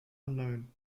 unknown